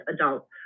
adult